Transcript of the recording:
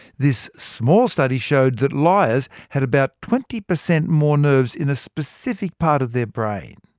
this small study showed that liars had about twenty percent more nerves in a specific part of their brain.